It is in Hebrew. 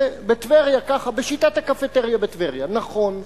בשיטת הקפיטריה בטבריה, נכון.